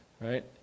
Right